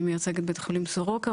אני מייצגת את בית חולים סורוקה,